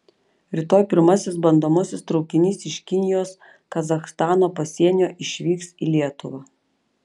rytoj pirmasis bandomasis traukinys iš kinijos kazachstano pasienio išvyks į lietuvą